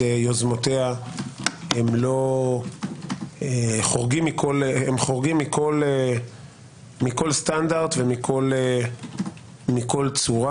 יוזמותיה הם חורגים מכל סטנדרט ומכל צורה.